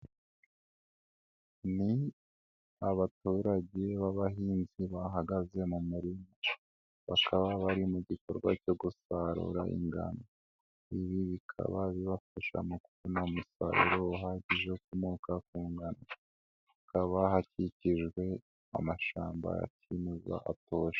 Ni abaturage b'abahinzi bahagaze mu murima, bakaba bari mu gikorwa cyo gusarura ingano, ibi bikaba bibafasha mu kubona umusaruro uhagije ukomoka ku ngano, haba hakikijwe amashamba ya kimeza atoshye.